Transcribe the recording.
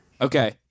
Okay